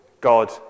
God